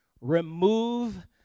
Remove